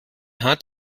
hat